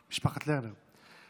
משפחת לרנר.